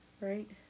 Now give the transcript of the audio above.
right